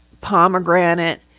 pomegranate